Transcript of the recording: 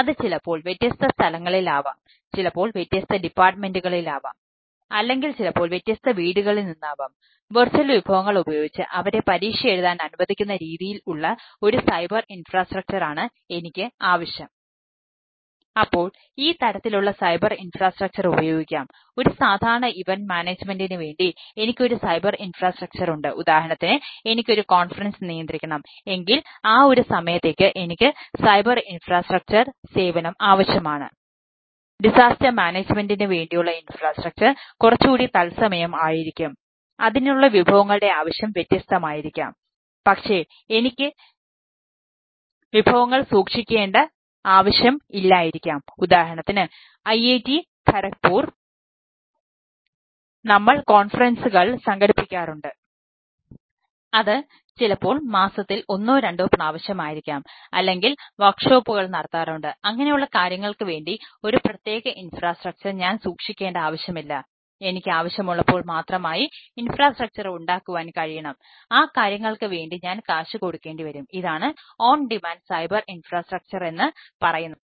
അപ്പോൾ എനിക്ക് ഈ തരത്തിലുള്ള സൈബർ ഇൻഫ്രാസ്ട്രക്ചർ എന്ന് പറയുന്നത്